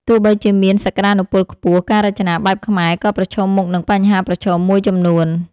ទោះបីជាមានសក្តានុពលខ្ពស់ ការរចនាបែបខ្មែរក៏ប្រឈមមុខនឹងបញ្ហាប្រឈមមួយចំនួន។